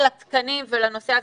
לתקנים ולנושא הזה.